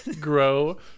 grow